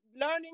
learning